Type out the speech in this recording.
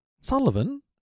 Sullivan